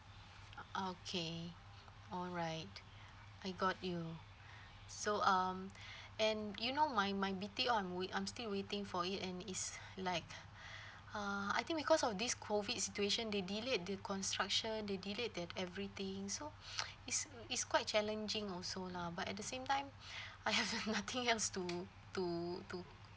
okay alright I got you so um and do you know my my BTO I'm wai~ I'm still waiting for it and it's like uh I think because of this COVID situation they delayed the construction they delayed that everything so it's it's quite challenging also lah but at the same time I've nothing else to to to